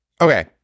Okay